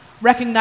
Recognize